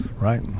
right